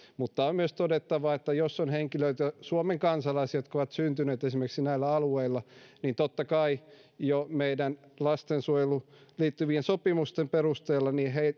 mutta on myös todettava että jos on suomen kansalaisia jotka ovat syntyneet esimerkiksi näillä alueilla niin totta kai jo meidän lastensuojeluun liittyvien sopimustemme perusteella